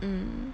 mm